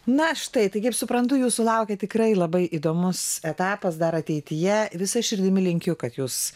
na štai tai kaip suprantu jūsų laukia tikrai labai įdomus etapas dar ateityje visa širdimi linkiu kad jūs